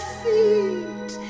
feet